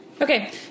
okay